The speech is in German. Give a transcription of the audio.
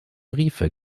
briefe